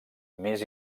més